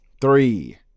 Three